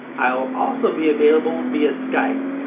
i will also be available via skype.